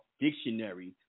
dictionary